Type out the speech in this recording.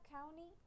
County